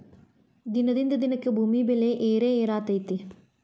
ದಿನದಿಂದ ದಿನಕ್ಕೆ ಭೂಮಿ ಬೆಲೆ ಏರೆಏರಾತೈತಿ